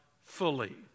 fully